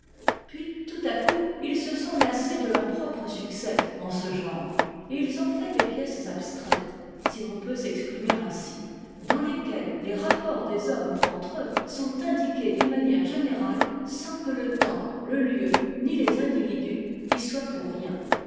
puis tout à coup ils se sont lassés de leurs propres succès en ee genre et ils ont fait des pièces abstraites si l'on peut s'exprimer ainsi dans lesquelles les rapports des hommes entre eux sont indiqués d'une manière générale sans que le temps le lieu ni les individus y soient pour rien